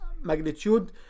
magnitude